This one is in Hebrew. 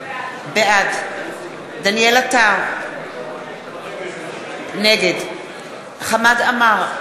בעד דניאל עטר, נגד חמד עמאר,